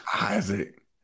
Isaac